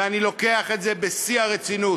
ואני לוקח את זה בשיא הרצינות,